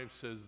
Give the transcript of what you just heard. says